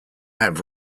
have